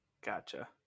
Gotcha